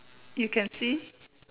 you can see